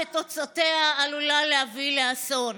שתוצאותיה עלולות להביא לאסון: